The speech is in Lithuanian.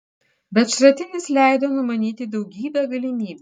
bet šratinis leido numanyti daugybę galimybių